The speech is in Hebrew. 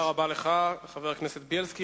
תודה רבה לך, חבר הכנסת בילסקי.